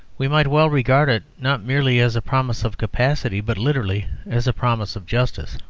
we might well regard it not merely as a promise of capacity, but literally as a promise of justice.